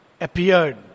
Appeared